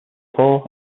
poor